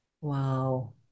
wow